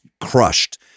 crushed